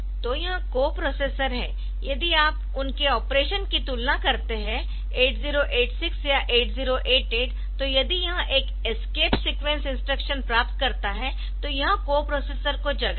तो यह कोप्रोसेसर है यदि आप उनके ऑपरेशन की तुलना करते है 8086 या 8088 तो यदि यह एक एस्केप सीक्वेंस इंस्ट्रक्शन प्राप्त करता है तो यह कोप्रोसेसर को जगाएगा